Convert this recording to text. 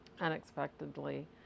unexpectedly